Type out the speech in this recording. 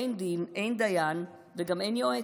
אין דין, אין דיין ואין גם יועץ.